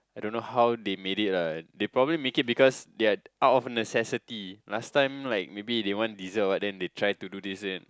I don't know how they made it lah they probably make it because they out of necessity last time like maybe they want dessert or what then they try to do this then